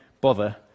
bother